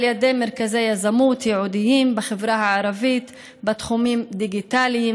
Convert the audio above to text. על ידי מרכזי יזמות ייעודיים בחברה הערבית בתחומים דיגיטליים,